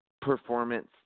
performance